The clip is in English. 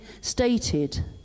stated